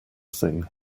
thing